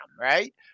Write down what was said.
right